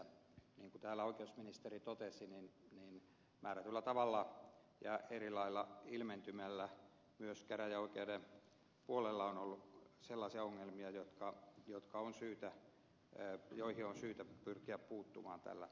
niin kuin täällä oikeusministeri totesi määrätyllä tavalla ja eri lailla ilmentymällä myös käräjäoikeuksien puolella on ollut sellaisia ongelmia joihin on syytä pyrkiä puuttumaan tällä lainsäädännöllä